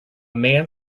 man